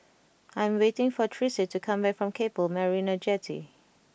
I'm waiting for Tressie to come back from Keppel Marina Jetty